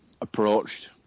approached